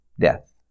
death